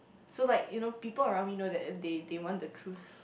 so like you know people around me know that they they want the truth